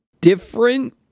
different